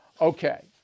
Okay